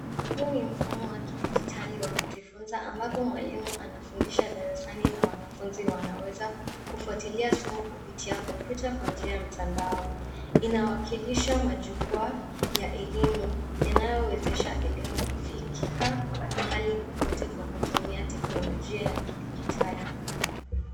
Huu ni mfumo wa kidijitali wa kujifunza ambapo mwalimu anafundisha darasani na wanafunzi wanaweza kufuatilia somo kupitia kompyuta kwa njia ya mtandao. Inawakilisha majukwaa ya elimu yanayowezesha elimu kufikika mahali popote kwa kutumia teknolojia ya kidijitali.